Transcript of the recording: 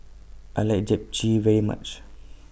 I like Japchae very much